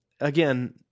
again